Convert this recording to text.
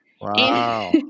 Wow